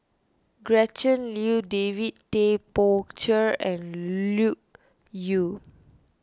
Gretchen Liu David Tay Poey Cher and Loke Yew